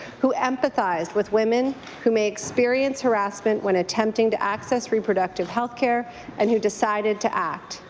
who empathized with women who may experience harrassment when attempting to access reproductive health care and who decided to act.